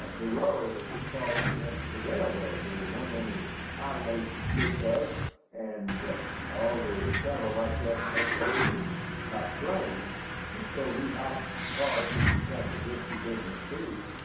ah the road, as he called it met the railroad. there weren't any highways to speak of and all the travel like that most of it was by train and so he have cars which is kind of a risky business too,